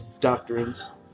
doctrines